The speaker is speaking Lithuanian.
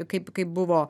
kaip kaip buvo